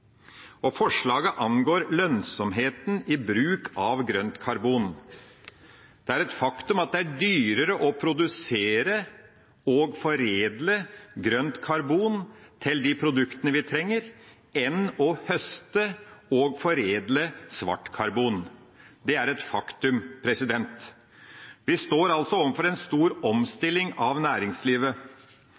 Forslaget angår lønnsomheten i bruk av grønt karbon. Det er et faktum at det er dyrere å produsere og foredle grønt karbon til de produktene vi trenger, enn å høste og foredle svart karbon. Det er et faktum. Vi står altså overfor en stor omstilling av næringslivet.